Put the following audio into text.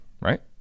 right